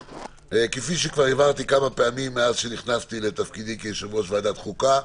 כפי שכבר הבהרתי כמה פעמים מאז שנכנסתי לתפקידי כיושב-ראש ועדת חוקה,